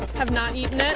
have not eaten